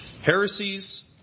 Heresies